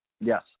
yes